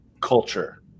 culture